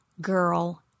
girl